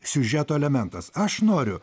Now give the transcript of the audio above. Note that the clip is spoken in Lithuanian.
siužeto elementas aš noriu